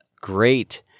Great